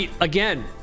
again